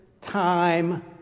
time